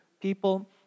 people